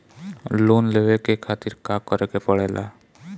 Loan लेवे के खातिर का करे के पड़ेला?